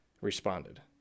responded